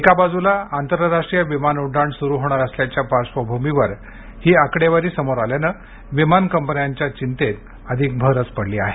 एका बाजूला आंतर राष्ट्रीय विमान उड्डाण सुरु होणार असल्याच्या पार्श्वभूमीवर ही आकडेवारी समोर आल्यानं विमान कंपन्यांच्या चिंतेत अधिक भर पडली आहे